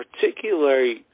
particularly